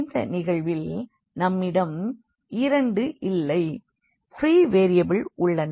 இந்த நிகழ்வில் நம்மிடம் 2 இல்லை ப்ரீ வேரியபிள்கள் உள்ளன